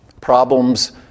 problems